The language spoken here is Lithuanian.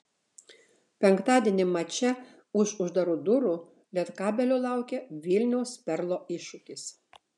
penktadienį mače už uždarų durų lietkabelio laukia vilniaus perlo iššūkis